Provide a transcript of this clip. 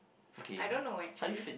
I don't know actually